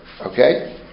Okay